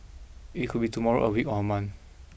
it could be tomorrow a week or a month